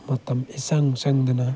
ꯃꯇꯝ ꯏꯆꯪ ꯆꯪꯗꯅ